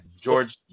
George